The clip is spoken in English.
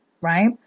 right